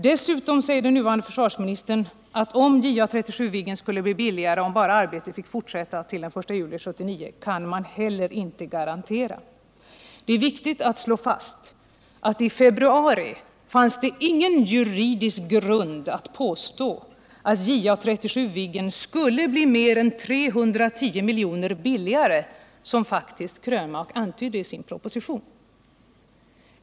Dessutom säger den nuvarande försvarsministern att man inte kan garantera att JA 37 Viggen skulle bli billigare om bara arbetet fick fortsätta till den 1 juli 1979. Det är viktigt att slå fast att det i februari inte fanns någon juridisk grund att påstå att JA 37 Viggen skulle bli mer än 310 milj. billigare, som Eric Krönmark faktiskt antydde i sin proposition.